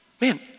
man